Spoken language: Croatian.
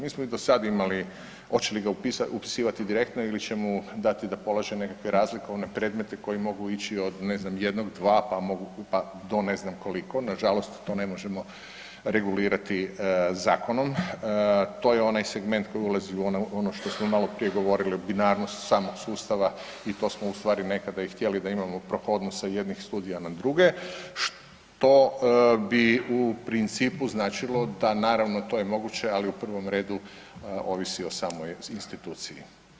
Mi smo i do sad imali, hoće li ga upisivati direktno ili će mu dati da polaže nekakve razlikovne predmete koji mogu ići od ne znam, jednog, dva, pa mogu, pa do ne znam koliko, nažalost, to ne možemo regulirati zakonom, to je onaj segment koji ulazi u ono što smo maloprije govorili, u binarnost samog sustava i to smo ustvari nekada i htjeli, da imamo prohodnost sa jednih studija na druge, što bi u principu značilo da, naravno, to je moguće, ali u prvom redu ovisi o samoj instituciji.